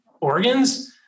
organs